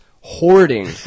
hoarding